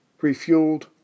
refueled